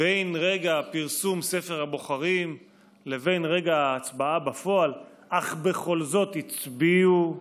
בין רגע פרסום ספר הבוחרים לבין רגע ההצבעה בפועל אך בכל זאת הצביעו,